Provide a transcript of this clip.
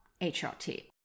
HRT